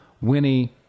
winnie